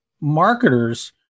marketers